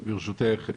ברשותך,